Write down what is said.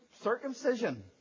circumcision